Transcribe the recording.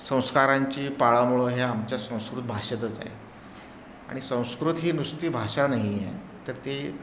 संस्कारांची पाळंमुळं ही आमच्या संस्कृत भाषेतच आहे आणि संस्कृत ही नुसती भाषा नाही आहे तर ती